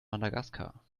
madagaskar